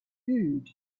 food